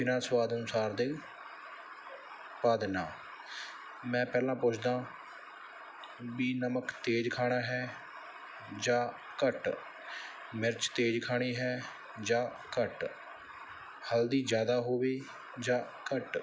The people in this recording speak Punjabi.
ਬਿਨਾਂ ਸਵਾਦ ਅਨੁਸਾਰ ਦੇ ਪਾ ਦਿੰਦਾ ਹਾਂ ਮੈਂ ਪਹਿਲਾਂ ਪੁੱਛਦਾ ਵੀ ਨਮਕ ਤੇਜ਼ ਖਾਣਾ ਹੈ ਜਾਂ ਘੱਟ ਮਿਰਚ ਤੇਜ਼ ਖਾਣੀ ਹੈ ਜਾਂ ਘੱਟ ਹਲਦੀ ਜ਼ਿਆਦਾ ਹੋਵੇ ਜਾਂ ਘੱਟ